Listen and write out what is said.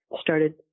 started